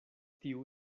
tiu